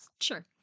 Sure